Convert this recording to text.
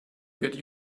get